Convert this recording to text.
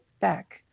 back